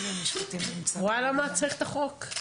את רואה למה צריך את החוק?